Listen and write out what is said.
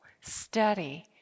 steady